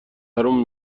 حروم